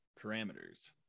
parameters